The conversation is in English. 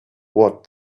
what